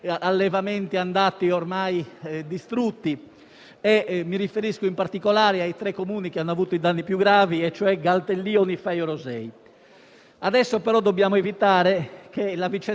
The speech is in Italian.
Adesso però dobbiamo evitare che la vicenda tragica finisca nel dimenticatoio, come troppo spesso è accaduto. Alle parole di cordoglio è necessario far seguire fatti concreti.